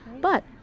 But-